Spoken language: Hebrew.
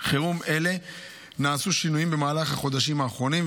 חירום אלה נעשו שינויים במהלך החודשים האחרונים,